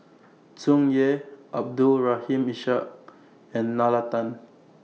Tsung Yeh Abdul Rahim Ishak and Nalla Tan